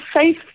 safe